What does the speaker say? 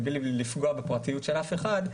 מבלי לפגוע בפרטיות של אף אחד,